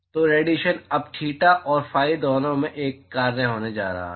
तो रेडिएशन अब थीटा और फाई दोनों का एक कार्य होने जा रहा है